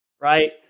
Right